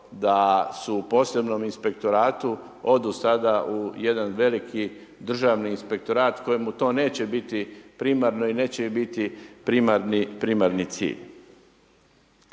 da su u posebnom inspektoratu odu sada u jedan veliki državni inspektorat kojemu to neće biti primarno i neće biti primarni cilj?